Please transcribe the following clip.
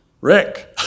Rick